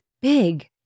big